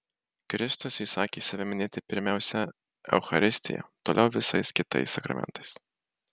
kristus įsakė save minėti pirmiausia eucharistija toliau visais kitais sakramentais